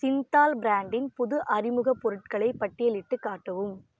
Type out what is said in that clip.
சிந்தால் பிரான்டின் புது அறிமுகப் பொருட்களை பட்டியலிட்டுக் காட்டவும்